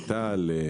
מיטל,